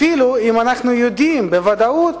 אפילו אם אנחנו יודעים, בוודאות,